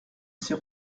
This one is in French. ces